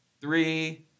three